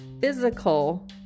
physical